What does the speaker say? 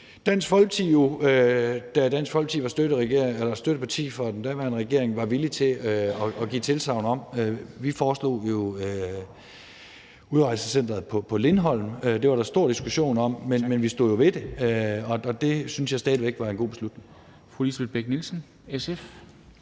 Dansk Folkeparti var støtteparti for den daværende regering, jo var villig til at give tilsagn om at løfte. Vi foreslog jo udrejsecenteret på Lindholm. Det var der stor diskussion om, men vi stod jo ved det, og det synes jeg stadig væk var en god beslutning.